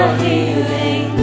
healing